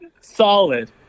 Solid